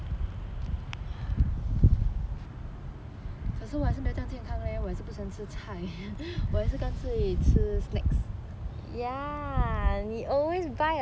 可是我还是没有这样健康 leh 我也是不喜欢吃菜我也是干脆吃 snacks